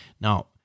Now